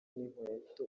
n’inkweto